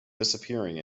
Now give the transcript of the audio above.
disappearing